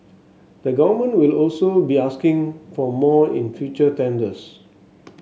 the Government will also be asking for more in future tenders